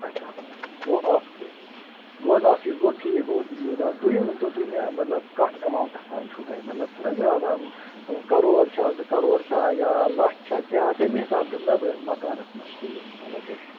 اَچھا گوٚو اکھ چیٖز گوٚو حظ اکھ چیٖز گوٚو ٹھیٖک گوٚو یہِ دوٚیِم ؤنۍتو تُہۍ مےٚ مطلب کَتھ ایماونٛٹس تانۍ چھُو تُہۍ مطلب چھِنہٕ حظ کرور چھا زٕ کرور چھا یا لچھ چھا کیٛاہ تَمہِ حِساب دِمہٕ نا بہٕ مکانس منٛز تہِ یہِ مطلب